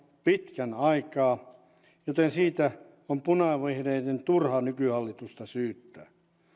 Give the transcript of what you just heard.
pitkän aikaa joten siitä on punavihreiden turha nykyhallitusta syyttää